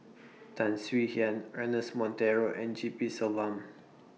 Tan Swie Hian Ernest Monteiro and G P Selvam